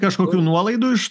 kažkokių nuolaidų iš